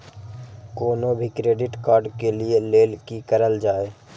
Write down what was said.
कोनो भी credit card लिए के लेल की करल जाय?